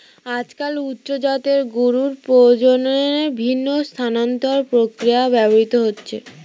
আজকাল উচ্চ জাতের গরুর প্রজননে ভ্রূণ স্থানান্তর প্রক্রিয়া ব্যবহৃত হচ্ছে